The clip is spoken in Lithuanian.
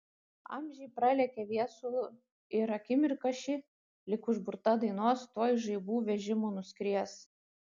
amžiai pralekia viesulu ir akimirka ši lyg užburta dainos tuoj žaibų vežimu nuskries